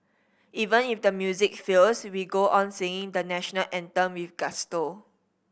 even if the music fails we go on singing the National Anthem with gusto